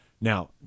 Now